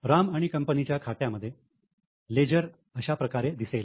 राम आणि कंपनीच्या खात्यामध्ये लेजर अशाप्रकारे दिसेल